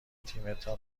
تیمتان